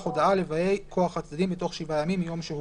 הודעה לבאי כוח הצדדים בתוך שבעה ימים מיום שהוגשה".